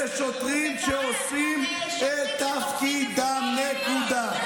אלה שוטרים שעושים את תפקידם, נקודה.